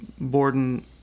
Borden